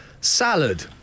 Salad